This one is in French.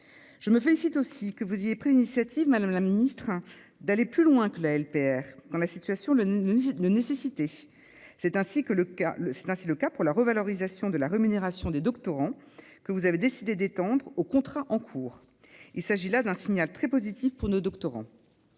Je me félicite aussi que vous ayez pris l'initiative, madame la ministre, d'aller plus loin que la LPR quand la situation le nécessitait. C'est ainsi le cas pour la revalorisation de la rémunération des doctorants, que vous avez décidé d'étendre aux contrats en cours. Il s'agit là d'un signal très positif pour nos doctorants